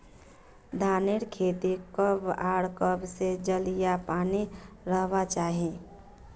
धानेर खेतीत कब आर कब से जल या पानी रहबा चही?